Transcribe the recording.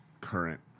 current